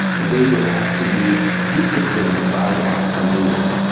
they would have to be disciplined by the african union.